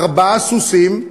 ארבעה סוסים,